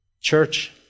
Church